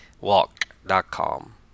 walk.com